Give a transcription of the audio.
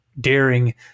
daring